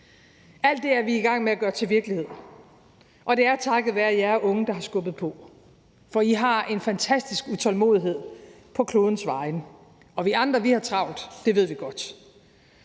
Alt det er vi i gang med at gøre til virkelighed, og det er takket være jer unge, der har skubbet på, for I har en fantastisk utålmodighed på klodens vegne. Og vi andre har travlt. Det ved vi godt.